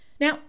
now